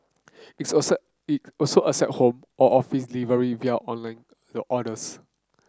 its also accept it also accept home or office delivery via online the orders